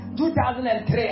2003